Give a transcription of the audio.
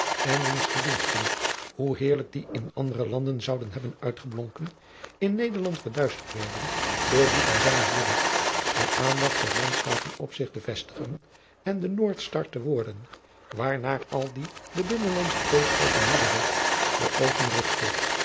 en wiens verdiensten hoe heerlijk die in andere landen zouden hebben uitgeblonken in nederland verduisterd werden door die van zijnen broeder de aandacht der landzaten op zich te vestigen en de noordstar te worden waarnaar al wie de binnenlandsche tweespalten moede werd de oogen